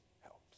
helps